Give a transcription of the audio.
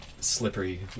slippery